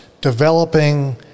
developing